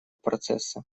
процесса